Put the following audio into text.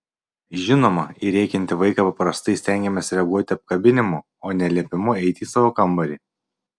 žinoma į rėkiantį vaiką paprastai stengiamės reaguoti apkabinimu o ne liepimu eiti į savo kambarį